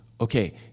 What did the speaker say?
Okay